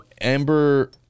Amber